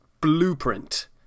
blueprint